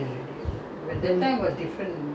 mmhmm more than ten years already